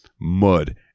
mud